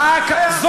זה הסתה.